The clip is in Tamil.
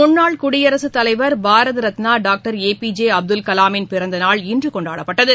முன்னாள் குடியரசுத் தலைவர் Bharat Ratna doctor A P J Abdul கவாமின் பிறந்த நாள் இன்று கொண்டாடப்பட்டது